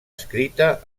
escrita